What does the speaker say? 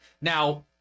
Now